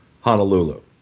Honolulu